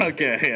Okay